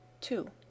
Two